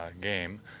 game